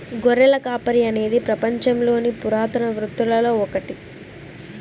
గొర్రెల కాపరి అనేది పపంచంలోని పురాతన వృత్తులలో ఒకటి